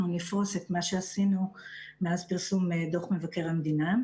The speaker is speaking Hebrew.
נפרוס אתמה שעשינו מאז פרסום דוח מבקר המדינה.